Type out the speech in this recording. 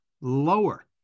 lower